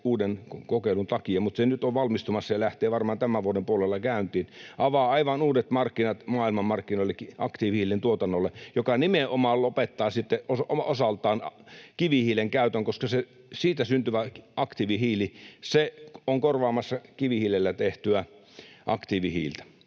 uuden kokeilun takia, mutta nyt se on valmistumassa ja lähtee varmaan tämän vuoden puolella käyntiin, avaa aivan uudet markkinat maailmanmarkkinoillekin aktiivihiilen tuotannolle, joka nimenomaan lopettaa sitten osaltaan kivihiilen käytön, koska siitä syntyvä aktiivihiili on korvaamassa kivihiilellä tehtyä aktiivihiiltä,